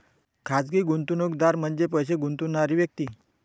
खाजगी गुंतवणूकदार म्हणजे पैसे गुंतवणारी व्यक्ती